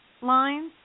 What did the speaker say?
lines